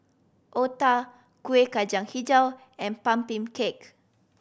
otah Kuih Kacang Hijau and pumpkin cake